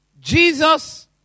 Jesus